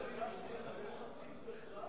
חבר הכנסת גפני, אתה לא חסיד בכלל.